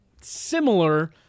similar